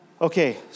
Okay